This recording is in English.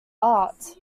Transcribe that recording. art